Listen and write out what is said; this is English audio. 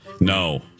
No